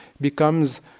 becomes